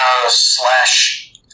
slash